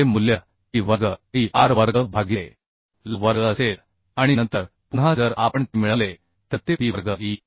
चे मूल्य pi वर्ग E r वर्ग भागिले L वर्ग असेल आणि नंतर पुन्हा जर आपण ते मिळवले तर ते Pi वर्ग E